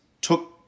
took